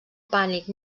pànic